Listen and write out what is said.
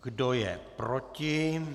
Kdo je proti?